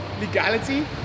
legality